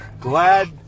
Glad